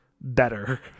better